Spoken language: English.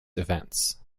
events